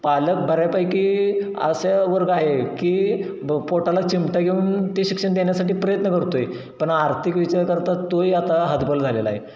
पालक बऱ्यापैकी असा वर्ग आहे की पोटाला चिमटा घेऊन ते शिक्षण देण्यासाठी प्रयत्न करतोय पण आर्थिक विचार करता तोहि आता हतबल झालेला आहे